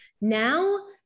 Now